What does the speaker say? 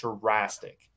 drastic